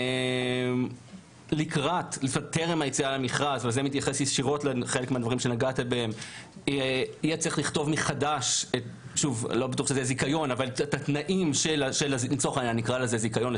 טרם היציאה למכרז יש לכתוב מחדש את התנאים של הזיכיון.